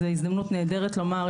זו הזדמנות נהדרת לומר,